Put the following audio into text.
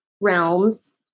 realms